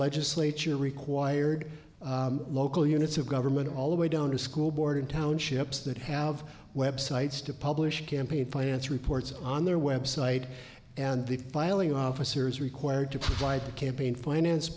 legislature required local units of government all the way down to school board and townships that have websites to publish campaign finance reports on their website and the filing officer is required to provide the campaign finance